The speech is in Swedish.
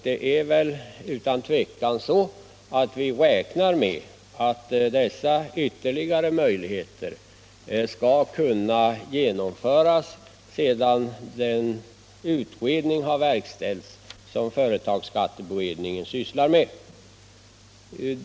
Vi räknar utan tvekan med att dessa ytterligare möjligheter skall kunna genomföras sedan den utredning har verkställts som företagsskatteberedningen sysslar med.